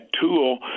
tool